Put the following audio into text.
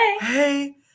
hey